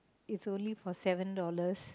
is only for seven dollars